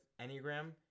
Enneagram